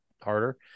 harder